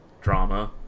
drama